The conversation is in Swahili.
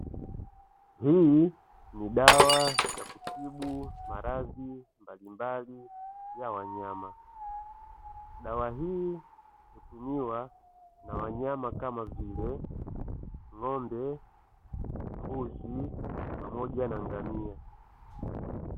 Hii ni dawa ya kutibu maradhi mbalimbali ya wanyama, dawa hii hutumiwa na wanyama kama vile ng'ombe, mbuzi pamoja na ngamia.